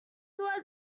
was